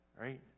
Right